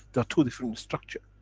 they're two different structure.